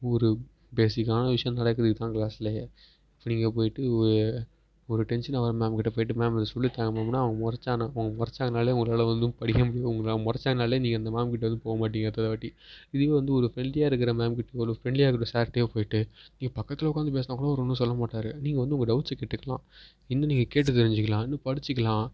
ஒரு பேஸிக்கான விஷயம் நடக்குது இதான் க்ளாஸ்லேயே நீங்கள் போயிட்டு ஒரு ஒரு டென்ஷனாக வர மேம்கிட்ட போயிட்டு மேம் இதை சொல்லித் தாங்க மேம்னா அவங்க முறச்சாங்கனா அவங்க முறச்சாங்கனாலே உங்களால் ஒன்னும் படிக்க முடியும் உங்களை முறச்சாங்கன்னாலே நீங்கள் அந்த மேம்கிட்ட வந்து போகமாட்டிங்க அடுத்த வாட்டி இதுவே வந்து ஒரு ஃப்ரெண்ட்லியாக இருக்கிற மேம்கிட்ட ஒரு ஃப்ரெண்ட்லியாக இருக்கிற சார்டையோ போயிட்டு பக்கத்தில் உட்காந்து பேசுனால் கூட அவரு ஒன்னும் சொல்லமாட்டாரு நீங்கள் வந்து உங்க டவுட்ஸை கேட்டுக்கலாம் இன்னும் நீங்கள் கேட்டு தெரிஞ்சிக்கலாம் இன்னும் படிச்சிக்கலாம்